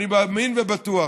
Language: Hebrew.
אני מאמין ובטוח